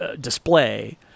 display